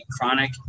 chronic